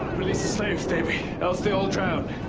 release the slaves, davey, else they all drown.